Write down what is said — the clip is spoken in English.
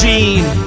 Gene